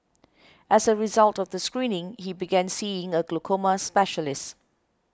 as a result of the screening he began seeing a glaucoma specialist